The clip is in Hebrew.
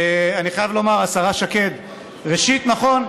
אני חייב לומר, השרה שקד, ראשית, נכון,